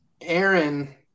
Aaron